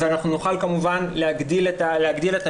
אז אנחנו נוכל כמובן להגדיל את המכסות,